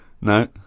No